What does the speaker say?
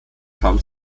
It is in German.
kaum